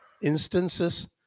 instances